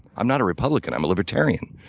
i'm not a republican, i'm a libertarian.